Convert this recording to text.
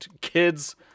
kids